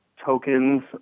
tokens